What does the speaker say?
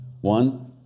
One